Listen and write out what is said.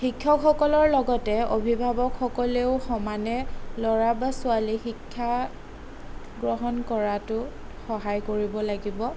শিক্ষকসকলৰ লগতে অভিভাৱকসকলেও সমানে ল'ৰা বা ছোৱালীৰ শিক্ষা গ্ৰহণ কৰাতো সহায় কৰিব লাগিব